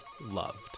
loved